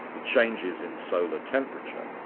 the changes in solar temperature.